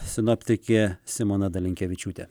sinoptikė simona dalinkevičiūtė